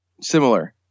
Similar